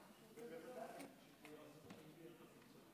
גברתי, בבקשה.